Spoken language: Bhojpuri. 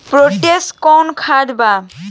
पोटाश कोउन खाद बा?